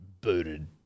booted